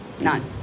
None